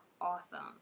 awesome